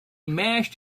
mashed